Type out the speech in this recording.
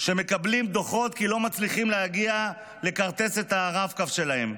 שמקבלים דוחות כי הם לא מצליחים להגיע לכרטס את הרב-קו שלהם.